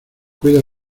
cuida